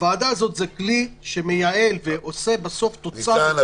הוועדה הזאת היא כלי שמייעל ונותן תוצר --- ניצן,